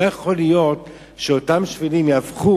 לא יכול להיות שאותם שבילים יהפכו,